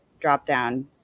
dropdown